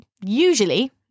usually